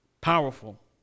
Powerful